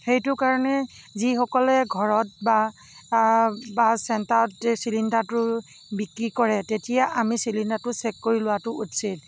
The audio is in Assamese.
সেইটো কাৰণে যিসকলে ঘৰত বা চেণ্টাৰত চিলিণ্ডাৰটো বিক্ৰী কৰে তেতিয়া আমি চিলিণ্ডাৰটো চেক কৰি লোৱাটো উচিত